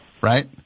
right